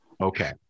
okay